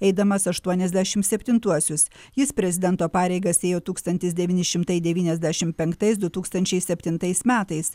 eidamas aštuoniasdešim septintuosius jis prezidento pareigas ėjo tūkstantis devyni šimtai devyniasdešim penktais du tūkstančiai septintais metais